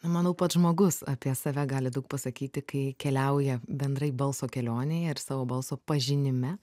manau pats žmogus apie save gali daug pasakyti kai keliauja bendrai balso kelionėje ir savo balso pažinime